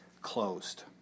closed